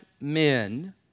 men